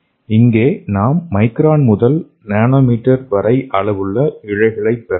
இங்கே நாம் மைக்ரான் முதல் நேனோ மீட்டர் வரை அளவுள்ள இழைகளை பெறலாம்